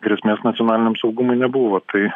grėsmės nacionaliniam saugumui nebuvo tai